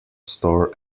store